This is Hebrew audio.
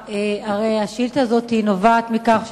ראוי לציין כי כמה מגדלי פירות פנו לבג"ץ בסוגיה זו,